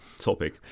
topic